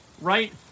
right